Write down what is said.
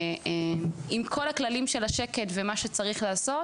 עם כל הכללים של השקט ומה שצריך לעשות,